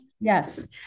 Yes